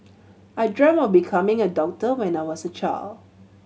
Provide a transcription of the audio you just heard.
I dreamt of becoming a doctor when I was a child